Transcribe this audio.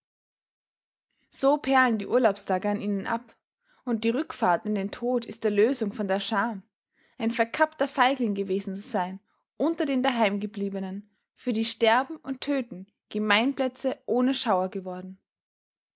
so perlen die urlaubstage an ihnen ab und die rückfahrt in den tod ist erlösung von der scham ein verkappter feigling gewesen zu sein unter den daheimgebliebenen für die sterben und töten gemeinplätze ohne schauer geworden